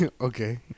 Okay